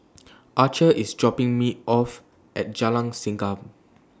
Archer IS dropping Me off At Jalan Segam